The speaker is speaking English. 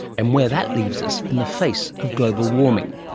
and where that leaves us in the face of global warming.